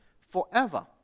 forever